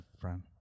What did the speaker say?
friend